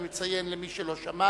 אני מציין, למי שלא שמע,